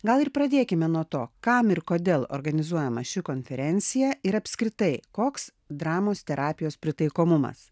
gal ir pradėkime nuo to kam ir kodėl organizuojama ši konferencija ir apskritai koks dramos terapijos pritaikomumas